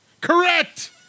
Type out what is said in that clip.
Correct